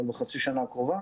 אבל בחצי שנה הקרובה.